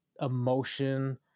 emotion